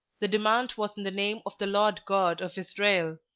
the demand was in the name of the lord god of israel.